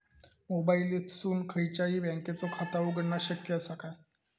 मोबाईलातसून खयच्याई बँकेचा खाता उघडणा शक्य असा काय?